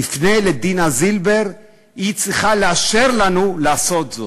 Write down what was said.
תפנה לדינה זילבר, היא צריכה לאשר לנו לעשות זאת.